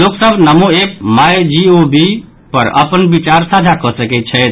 लोक सभ NaMo app my G O V पर अपन विचार साझा कऽ सकैत छथि